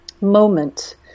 moment